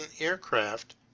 aircraft